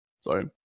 Sorry